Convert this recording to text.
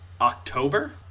October